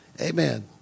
Amen